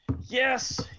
Yes